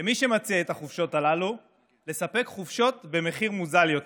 למי שמציע את החופשות הללו לספק חופשות במחיר מוזל יותר.